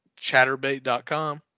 chatterbait.com